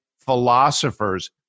philosophers